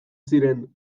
ziren